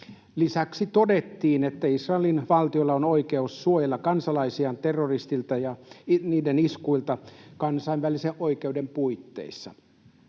Lisäksi todettiin, että Israelin valtiolla on oikeus suojella kansalaisiaan terroristeilta ja niiden iskuilta kansainvälisen oikeuden puitteissa.